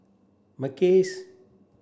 Mackays